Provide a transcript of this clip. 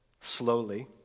slowly